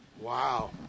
Wow